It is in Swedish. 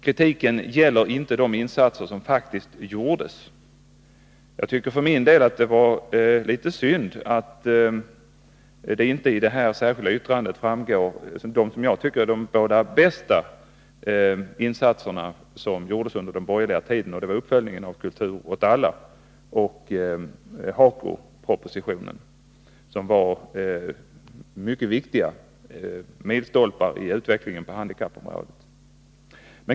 Kritiken gäller inte de insatser som faktiskt gjordes. Jag tycker för min del att det är litet synd att det i det särskilda yttrandet inte framkommer något om de, som jag tycker, båda bästa insatserna som gjordes under den borgerliga regeringstiden, nämligen uppföljningen av Kultur åt alla och HAKO-propositionen, som var mycket viktiga milstolpar i utvecklingen på handikappområdet.